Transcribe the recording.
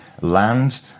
land